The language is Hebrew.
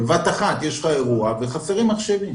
בבת אחת יש אירוע וחסרים לך מחשבים.